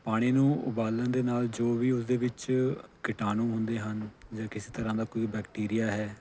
ਪਾਣੀ ਨੂੰ ਉਬਾਲਣ ਦੇ ਨਾਲ ਜੋ ਵੀ ਉਸਦੇ ਵਿੱਚ ਕਿਟਾਣੂ ਹੁੰਦੇ ਹਨ ਜਾਂ ਕਿਸੇ ਤਰ੍ਹਾਂ ਦਾ ਕੋਈ ਬੈਕਟੀਰੀਆ ਹੈ